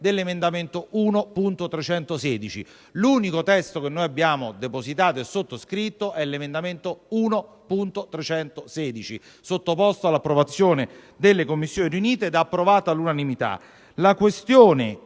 dell'emendamento 1.316. L'unico testo che noi abbiamo depositato e sottoscritto è l'emendamento 1.316, sottoposto all'approvazione delle Commissioni riunite e approvato all'unanimità.